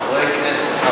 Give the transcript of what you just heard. חברי כנסת,